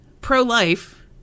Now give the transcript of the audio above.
pro-life